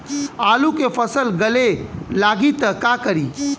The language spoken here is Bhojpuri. आलू के फ़सल गले लागी त का करी?